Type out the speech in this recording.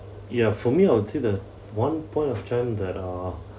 ya for me I would say the one point of time that ah